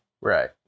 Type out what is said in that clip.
Right